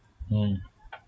mm